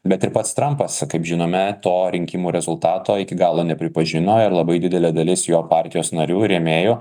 bet ir pats trampas kaip žinome to rinkimų rezultato iki galo nepripažino ir labai didelė dalis jo partijos narių ir rėmėjų